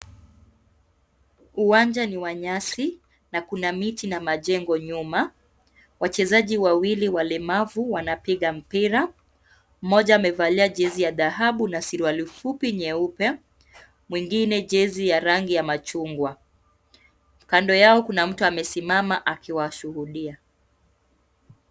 Uwanja ni wa nyasi na kuna miti na majengo nyuma. Wachezaji wawili walemavu wanapiga mpira, mmoja amevalia jezi ya dhahabu na suruali fupi nyeupe, mwingine jezi ya rangi ya machungwa. Kando yao kuna mtu amesimama akiwashuhudia.